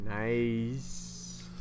Nice